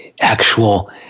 actual